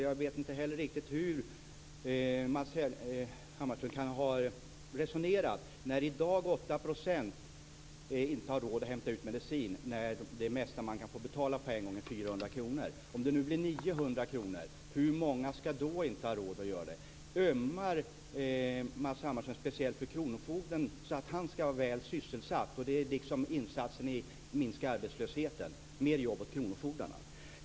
Jag vet inte heller riktigt hur Matz Hammarström har resonerat när 8 % inte har råd att hämta ut medicin i dag när det mesta som man kan få betala på en gång är 400 kr. Jag undrar hur många som inte kommer att ha råd om det nu blir 900 kr. Ömmar Matz Hammarström speciellt för kronofogden, så att han skall vara väl sysselsatt? Är det en insats i att minska arbetslösheten att man ger mer jobb åt kronofogdarna?